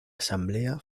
asamblea